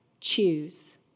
choose